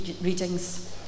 readings